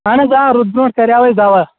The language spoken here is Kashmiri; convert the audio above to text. اَہن حظ آ روٗدٕ برٛونٹھ کَریو اَسہِ دَوا